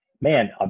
Man